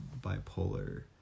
bipolar